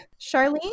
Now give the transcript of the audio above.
Charlene